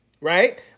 right